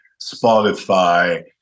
Spotify